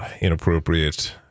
inappropriate